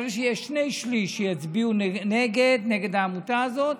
צריך שיהיו שני שלישים שיצביעו נגד העמותה הזאת,